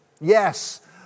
Yes